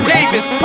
Davis